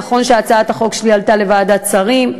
נכון שהצעת החוק שלי עלתה לוועדת שרים,